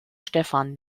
stefan